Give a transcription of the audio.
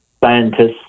scientists